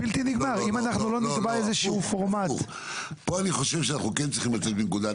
אבל פה אני חושב שאנחנו כן צריכים לצאת מנקודת